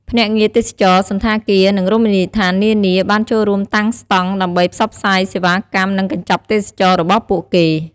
ភ្នាក់ងារទេសចរណ៍ សណ្ឋាគារ និងរមណីយដ្ឋាននានា បានចូលរួមតាំងស្តង់ដើម្បីផ្សព្វផ្សាយសេវាកម្ម និងកញ្ចប់ទេសចរណ៍របស់ពួកគេ។